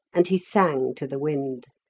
and he sang to the wind.